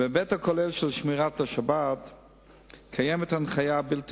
בהיבט הכולל של שמירת השבת קיימת הנחיה בלתי